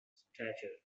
stature